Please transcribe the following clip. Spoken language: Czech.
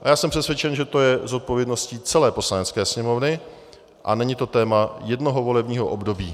Já jsem přesvědčen, že je to zodpovědnost celé Poslanecké sněmovny a není to téma jednoho volebního období.